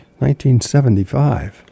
1975